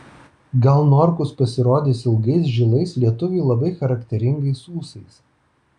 gal norkus pasirodys ilgais žilais lietuviui labai charakteringais ūsais